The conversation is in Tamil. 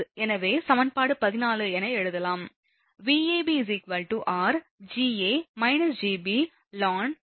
எனவே சமன்பாடு 14 என எழுதலாம் VabrlnDr